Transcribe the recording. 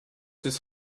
his